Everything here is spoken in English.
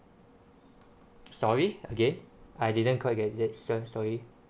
sorry again I didn't quite get this I'm sorry